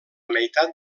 meitat